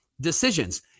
decisions